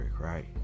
right